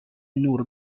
نور